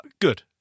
good